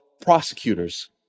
prosecutors